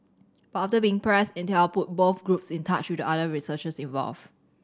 but after being pressed Intel put both groups in touch with the other researchers involved